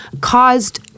caused